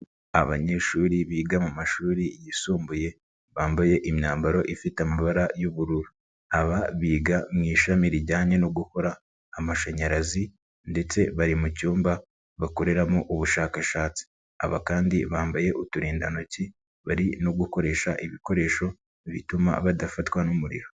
Abanyeshuri biga mu mashuri yisumbuye bambaye imyambaro ifite amabara y'ubururu, aba biga mu ishami rijyanye no gukora amashanyarazi ndetse bari mu cyumba bakoreramo ubushakashatsi, aba kandi bambaye uturindantoki bari no gukoresha ibikoresho bituma badafatwa n'umuriro.